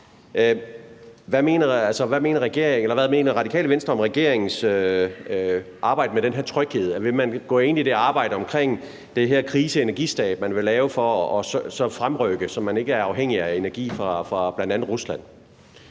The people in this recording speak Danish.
Hvad mener Radikale Venstre om regeringens arbejde i forhold til den her tryghed? Vil man gå ind i det arbejde omkring den her energikrisestab for at fremrykke det, så man ikke er afhængig af energi fra bl.a. Rusland?